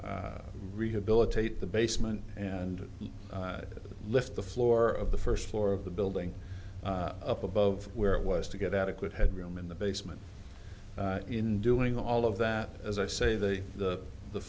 rehabilitate the basement and lift the floor of the first floor of the building up above where it was to get adequate head room in the basement in doing all of that as i say the the the